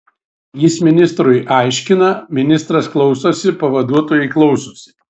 jis ministrui aiškina ministras klausosi pavaduotojai klausosi